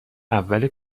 اول